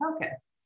focus